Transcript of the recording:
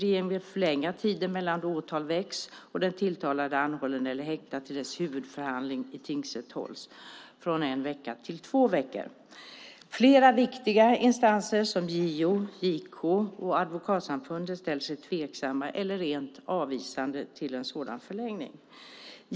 Regeringen vill förlänga tiden mellan att åtal väcks och den tilltalade är anhållen eller häktad till dess att huvudförhandling i tingsrätt hålls från en vecka till två veckor. Flera viktiga instanser som JO, JK och Advokatsamfundet ställer sig tveksamma eller rent av avvisande till en sådan förlängning.